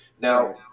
Now